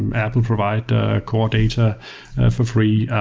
and apple provide the core data for free.